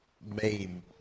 main